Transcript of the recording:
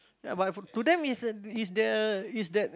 ya but to them is the is the is the